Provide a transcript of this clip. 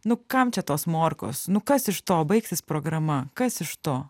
nu kam čia tos morkos nu kas iš to baigsis programa kas iš to